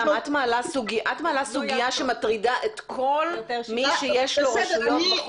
את מעלה סוגיה שמטרידה את כל מי שיש לו רשויות בחוף.